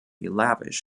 lavish